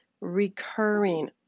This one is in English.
Recurring